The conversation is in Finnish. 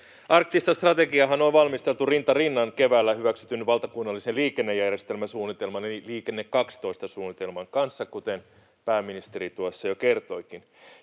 Arktista strategiaahan on valmisteltu rinta rinnan keväällä hyväksytyn valtakunnallisen liikennejärjestelmäsuunnitelman eli Liikenne 12 ‑suunnitelman kanssa, kuten pääministeri tuossa jo kertoikin.